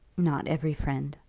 not every friend.